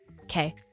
Okay